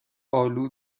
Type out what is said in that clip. آلو